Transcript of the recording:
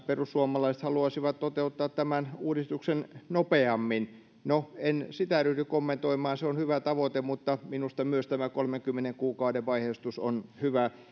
perussuomalaiset haluaisivat toteuttaa tämän uudistuksen nopeammin no en sitä ryhdy kommentoimaan se on hyvä tavoite mutta minusta myös tämä kolmenkymmenen kuukauden vaiheistus on hyvä